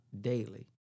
daily